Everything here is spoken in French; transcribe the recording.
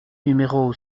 numéro